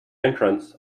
entrance